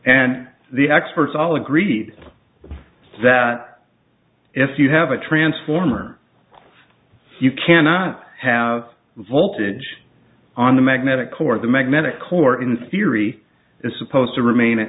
and the experts all agreed that if you have a transformer you cannot have voltage on the magnetic core of the magnetic core in theory is supposed to remain